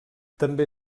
també